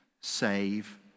save